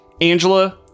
Angela